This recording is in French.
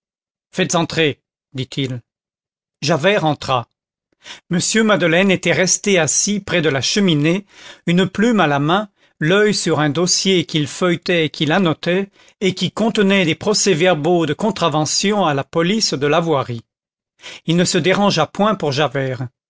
faites entrer dit-il javert entra m madeleine était resté assis près de la cheminée une plume à la main l'oeil sur un dossier qu'il feuilletait et qu'il annotait et qui contenait des procès-verbaux de contraventions à la police de la voirie il ne se dérangea point pour javert